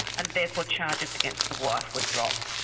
and therefore charges against the wife were dropped.